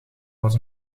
was